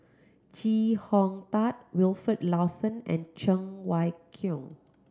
Chee Hong Tat Wilfed Lawson and Cheng Wai Keung